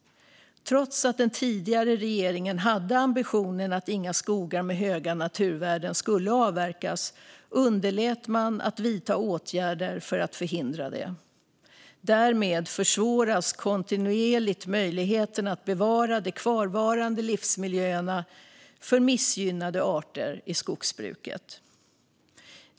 Trots att den tidigare regeringen hade ambitionen att inga skogar med höga naturvärden skulle avverkas underlät man att vidta åtgärder för att förhindra det. Därmed försvåras kontinuerligt möjligheten att bevara de kvarvarande livsmiljöerna för missgynnade arter i skogsbruket.